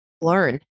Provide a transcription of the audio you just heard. learn